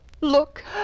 Look